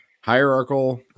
hierarchical